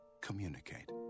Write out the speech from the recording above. Communicate